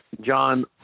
John